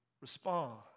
respond